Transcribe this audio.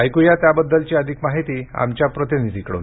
ऐकू या त्याबद्दलची अधिक माहिती आमच्या प्रतिनिधीकडून